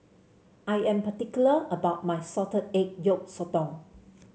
I am particular about my Salted Egg Yolk Sotong